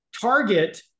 Target